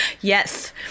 Yes